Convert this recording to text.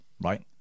Right